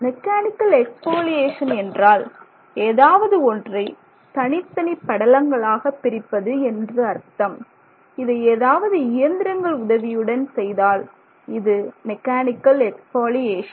mechanical exfoliation என்றால் ஏதாவது ஒன்றை தனித்தனி படலங்களாக பிரிப்பது என்று அர்த்தம் இதை ஏதாவது இயந்திரங்கள் உதவியுடன் செய்தால் இது மெக்கானிக்கல் எக்ஸ்பாலியேஷன்